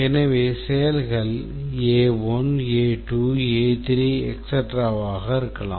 எனவே செயல்கள் A1A2A3etc ஆக இருக்கலாம்